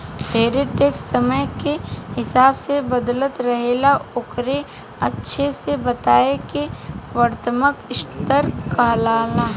ढेरे टैक्स समय के हिसाब से बदलत रहेला ओकरे अच्छा से बताए के वर्णात्मक स्तर कहाला